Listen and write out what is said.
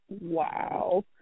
Wow